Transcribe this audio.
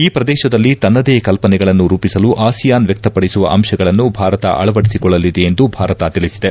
ಈ ಪ್ರದೇಶದಲ್ಲಿ ತನ್ನದೆ ಕಲ್ಪನೆಗಳನ್ನು ರೂಪಿಸಲು ಆಸಿಯಾನ್ ವ್ಯಕ್ತಪಡಿಸುವ ಅಂಶಗಳನ್ನು ಭಾರತ ಅಳವಡಿಸಿಕೊಳ್ಳಲಿದೆ ಎಂದು ಭಾರತ ತಿಳಿಸಿದೆ